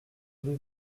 rue